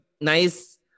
nice